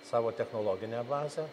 savo technologinę bazę